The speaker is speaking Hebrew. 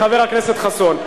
חבר הכנסת חסון.